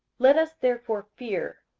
let us therefore fear,